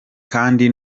kandi